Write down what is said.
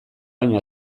baino